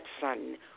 son